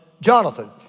Jonathan